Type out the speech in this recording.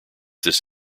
this